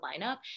lineup